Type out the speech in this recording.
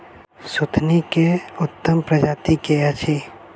सुथनी केँ उत्तम प्रजाति केँ अछि?